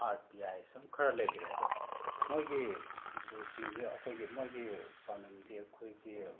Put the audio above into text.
R P I ꯁꯨꯝ ꯈꯔ ꯂꯩꯈ꯭ꯔꯦ ꯑꯗꯣ ꯃꯣꯏꯒꯤ ꯔꯨꯜꯁꯤꯡꯁꯦ ꯑꯩꯈꯣꯏꯒꯤ ꯃꯣꯏꯒꯤ ꯄꯥꯟꯗꯝꯗꯤ ꯑꯩꯈꯣꯏꯒꯤ